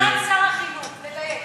סגן שר החינוך, נדייק.